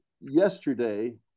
yesterday